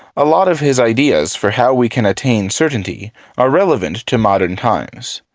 a lot of his ideas for how we can attain certainty are relevant to modern times.